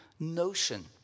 Notion